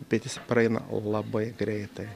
bet jis praeina labai greitai